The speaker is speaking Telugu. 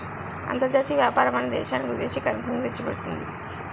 అంతర్జాతీయ వ్యాపారం అనేది దేశానికి విదేశీ కరెన్సీ ని తెచ్చిపెడుతుంది